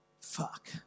fuck